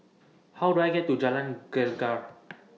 How Do I get to Jalan Gelegar